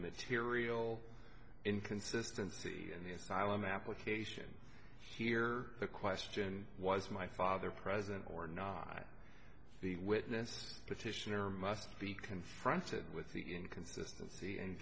material inconsistency in the asylum application here the question was my father present or not the witness petitioner must be confronted with the inconsistency and